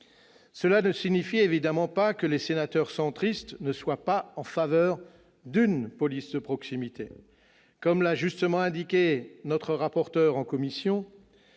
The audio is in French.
Cela ne signifie évidemment pas que les sénateurs centristes ne sont pas en faveur d'une police de proximité. Comme l'a justement indiqué notre rapporteur en commission,